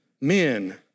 men